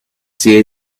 see